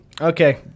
okay